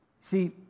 See